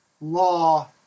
law